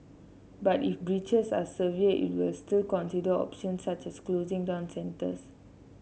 but if breaches are severe it will still consider options such as closing down centres